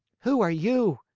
who are you?